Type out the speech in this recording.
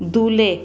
Dhule